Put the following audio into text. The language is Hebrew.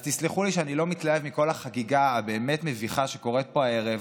אז תסלחו לי שאני לא מתלהב מכל החגיגה המביכה באמת שקורית פה הערב,